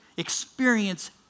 experience